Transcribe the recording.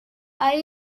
adapté